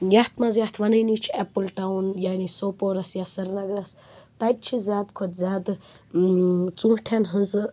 یَتھ منٛز یَتھ وَنٲنی چھِ ایٚپُل ٹاوُن یعنی سوپوٗرَس یا سِرنگرَس تَتہِ چھِ زیادٕ کھۄتہٕ زیادٕ ژوٗنٹھٮ۪ن ہِنٛزٕ